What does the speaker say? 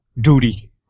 Duty